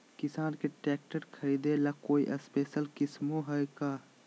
किसान के ट्रैक्टर खरीदे ला कोई स्पेशल स्कीमो हइ का?